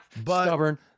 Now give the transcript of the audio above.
Stubborn